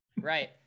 Right